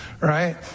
right